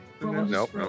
Nope